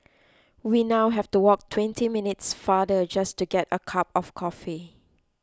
we now have to walk twenty minutes farther just to get a cup of coffee